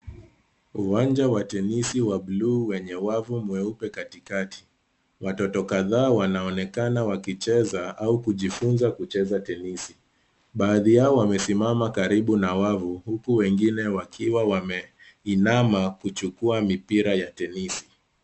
Uwanja wa tenisi wa bluu wenye wavu mweupe katikati. Watoto kadhaa wanaonekana wakicheza au kujifunza kucheza tenisi. Baadhi yao wamesimama karibu na wavu huku wengine wakiwa wameinama kuchukua mipira ya tenisi.